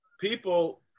people